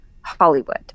Hollywood